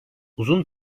uzun